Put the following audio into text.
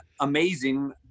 amazing